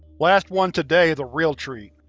last one today is a real treat.